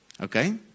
Okay